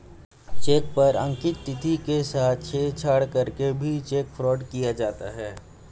check पर अंकित तिथि के साथ छेड़छाड़ करके भी चेक फ्रॉड किया जाता है